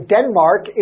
Denmark